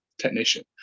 technician